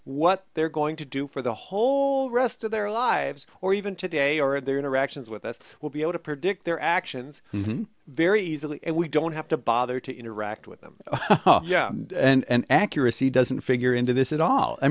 what they're going to do for the whole rest of their lives or even today or their interactions with us will be able to predict their actions very easily and we don't have to bother to interact with them yeah and accuracy doesn't figure into this at all i